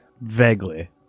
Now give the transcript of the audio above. Vaguely